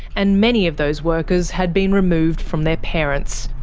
and many of those workers had been removed from their parents.